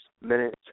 minutes